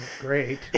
Great